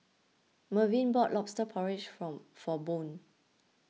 Mervin bought Lobster Porridge form for Boone